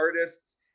artists